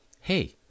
Hey